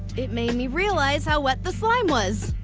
it made me realize how wet the slime was.